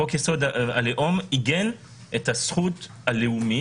חוק-יסוד: הלאום עיגן את הזכויות